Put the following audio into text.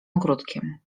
ogródkiem